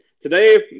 today